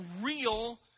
real